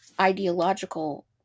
ideological